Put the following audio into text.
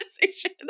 conversation